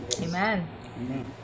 Amen